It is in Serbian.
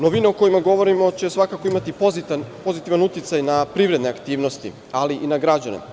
Novina o kojoj govorim će svakako imati pozitivan uticaj na privredne aktivnosti, ali i na građane.